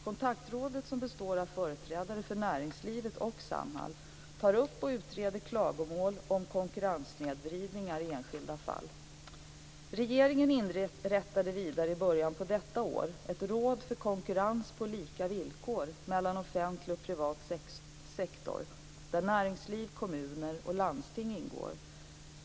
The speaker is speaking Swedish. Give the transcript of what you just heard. Kontaktrådet, som består av företrädare för näringslivet och Samhall, tar upp och utreder klagomål om konkurrensnedvridningar i enskilda fall. Regeringen inrättade vidare i början av året ett råd för konkurrens på lika villkor mellan offentlig och privat sektor där näringslivet, kommuner och landsting ingår.